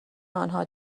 آنها